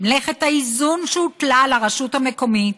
"מלאכת האיזון שהוטלה על הרשות המקומית